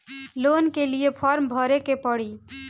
Loan के लिए form भरे के पड़ी?